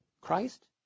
Christ